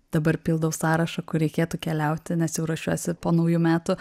dabar pildau sąrašą kur reikėtų keliauti nes jau ruošiuosi po naujų metų